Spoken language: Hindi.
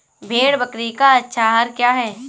भेड़ बकरी का अच्छा आहार क्या है?